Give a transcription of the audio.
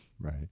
right